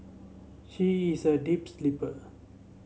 she is a deep sleeper